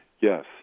Yes